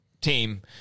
team